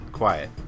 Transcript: quiet